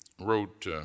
wrote